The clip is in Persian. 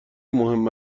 مهم